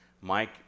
Mike